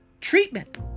treatment